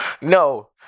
No